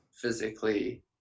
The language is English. physically